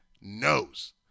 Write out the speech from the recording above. knows